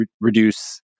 reduce